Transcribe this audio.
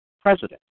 president